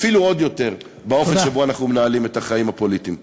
אפילו עוד יותר באופן שבו אנחנו מנהלים את החיים הפוליטיים פה.